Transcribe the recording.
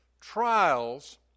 trials